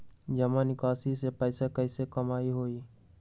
जमा निकासी से पैसा कईसे कमाई होई?